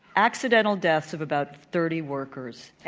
accidental deaths of about thirty workers.